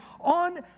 on